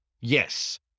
Yes